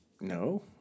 No